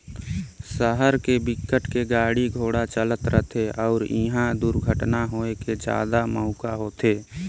सहर के बिकट के गाड़ी घोड़ा चलत रथे अउ इहा दुरघटना होए के जादा मउका होथे